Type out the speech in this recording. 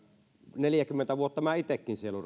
neljäkymmentä vuotta minä itsekin siellä